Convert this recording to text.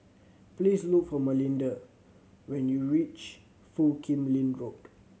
please look for Melinda when you reach Foo Kim Lin Road